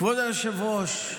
כבוד היושב-ראש,